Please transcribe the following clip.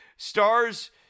stars